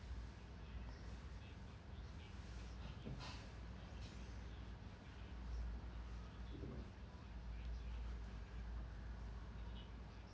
yeah